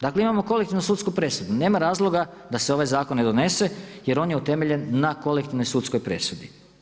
Dakle imamo kolektivnu sudsku presudu, nema razloga da se ovaj zakon ne donese jer on je utemeljen na kolektivnoj sudskoj presudi.